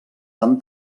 van